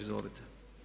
Izvolite.